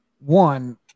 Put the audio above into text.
one